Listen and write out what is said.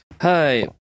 hi